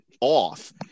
off